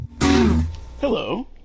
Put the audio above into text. Hello